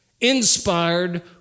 inspired